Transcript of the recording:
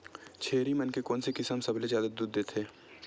छेरी मन के कोन से किसम सबले जादा दूध देथे?